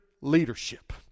leadership